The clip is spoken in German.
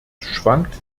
schwankt